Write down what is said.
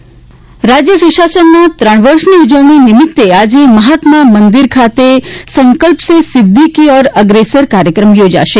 સુશાસન ત્રણ વર્ષ રાજ્ય સુશાસનના ત્રણ વર્ષની ઉજવણી નિમિત્તે આજે મહાત્મા મંદિર ખાતે સંકલ્પ સે સિદ્વિ કી ઓર અગ્રેસર કાર્યક્રમ યોજાશે